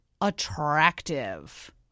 attractive